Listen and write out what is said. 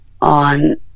on